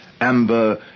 amber